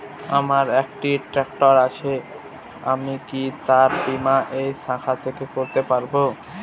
আমার একটি ট্র্যাক্টর আছে আমি কি তার বীমা এই শাখা থেকে করতে পারব?